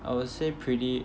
I would say pretty